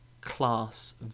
class